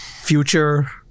future